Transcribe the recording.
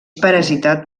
parasitat